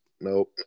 Nope